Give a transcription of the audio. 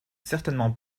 certainement